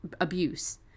abuse